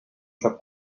sap